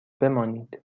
بمانید